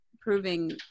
proving